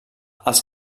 els